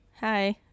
Hi